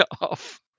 off